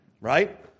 Right